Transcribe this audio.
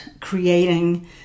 creating